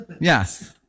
Yes